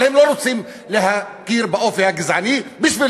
אבל הם לא רוצים להכיר באופי הגזעני.